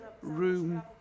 room